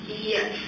Yes